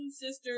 sisters